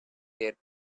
their